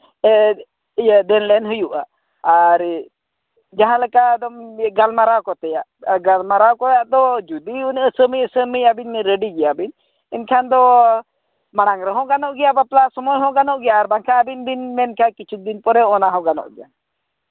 ᱤᱭᱟᱹ ᱫᱮᱱᱼᱞᱮᱱ ᱦᱩᱭᱩᱜᱼᱟ ᱟᱨ ᱡᱟᱦᱟᱸᱞᱮᱠᱟ ᱮᱠᱫᱚᱢ ᱤᱭᱟᱹ ᱜᱟᱞᱢᱟᱨᱟᱣ ᱠᱚ ᱛᱮᱭᱟᱜ ᱜᱟᱞᱢᱟᱨᱟᱣ ᱛᱮᱭᱟᱜ ᱫᱚ ᱡᱩᱫᱤ ᱩᱱᱤ ᱟᱹᱥᱟᱹᱢᱤ ᱟᱹᱥᱟᱹᱢᱤ ᱟᱹᱵᱤᱱ ᱨᱮᱰᱤ ᱜᱮᱭᱟᱵᱤᱱ ᱮᱱᱠᱷᱟᱱ ᱫᱚ ᱢᱟᱲᱟᱝ ᱨᱮᱦᱚᱸ ᱜᱟᱱᱚᱜ ᱜᱮᱭᱟ ᱵᱟᱯᱞᱟ ᱥᱚᱢᱚᱭ ᱦᱚᱸ ᱜᱟᱱᱚᱜ ᱜᱮᱭᱟ ᱟᱨ ᱵᱟᱝᱠᱷᱟᱱ ᱟᱹᱵᱤᱱ ᱵᱤᱱ ᱢᱮᱱ ᱠᱮᱜᱼᱟ ᱠᱤᱪᱷᱩ ᱫᱤᱱ ᱯᱚᱨᱮ ᱚᱱᱟ ᱦᱚᱸ ᱜᱟᱱᱚᱜ ᱜᱮᱭᱟ